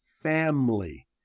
family